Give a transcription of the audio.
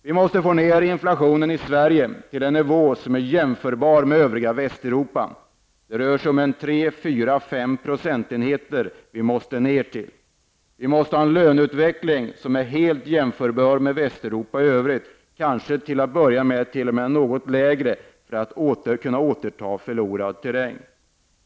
Vi måste få ned inflationen i Sverige till en nivå som är jämförbar med inflationen i övriga Västeuropa. Det rör sig om att vi måste ned till 3, 4 eller 5 %. Vi måste ha en löneutveckling som är helt jämförbar med Västeuropa i övrigt. Och till att börja med kanske lönerna i Sverige måste ligga något lägre för att vi skall kunna återta förlorad terräng.